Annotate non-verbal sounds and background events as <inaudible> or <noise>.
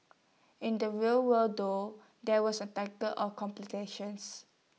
in the real world though there was A <unintelligible> of complications